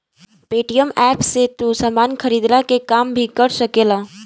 Paytm app से तू सामान खरीदला के काम भी कर सकेला